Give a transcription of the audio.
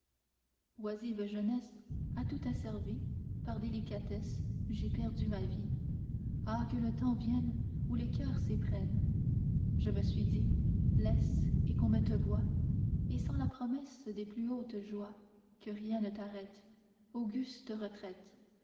oisive jeunesse a tout asservie par délicatesse j'ai perdu ma vie ah que le temps vienne où les coeurs s'éprennent je me suis dit laisse et qu'on ne te voie et sans la promesse de plus hautes joies que rien ne t'arrête auguste retraite